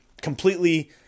completely